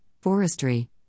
forestry